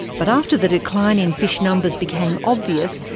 but after the decline in fish numbers became obvious,